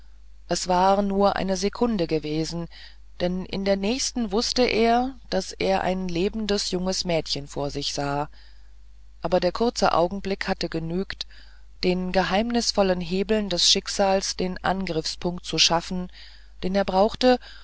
es war nur eine sekunde gewesen denn in der nächsten wußte er daß er ein lebendes junges mädchen vor sich sah aber der kurze augenblick hatte genügt den geheimnisvollen hebeln des schicksals den angriffspunkt zu schaffen den er braucht